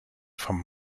vom